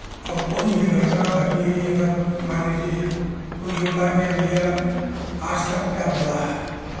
और कोई भी घटना घट गई अगर मान लीजिए तो ये होता है कि भैया आजतक क्या बोला है